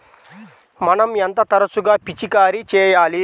మనం ఎంత తరచుగా పిచికారీ చేయాలి?